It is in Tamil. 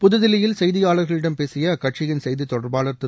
புதுதில்லியில் செய்தியாளர்களிடம் பேசிய அக்கட்சியின் செய்தி தொடர்பாளர் திரு